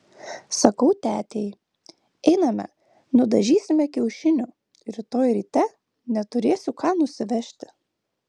sakau tetei einame nudažysime kiaušinių rytoj ryte neturėsiu ką nusivežti